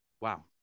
Wow